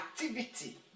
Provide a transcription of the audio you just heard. activity